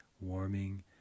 warming